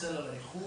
אני מתנצל על האיחור.